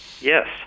Yes